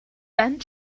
then